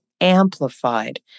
amplified